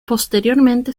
posteriormente